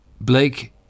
Blake